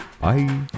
bye